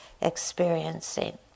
experiencing